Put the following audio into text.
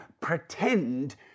pretend